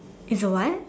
it's a what